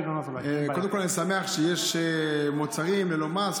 קודם כול אני שמח שיש מוצרים ללא מס,